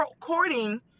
courting